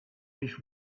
least